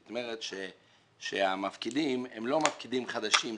זאת אומרת שהמפקידים הם לא מפקידים חדשים.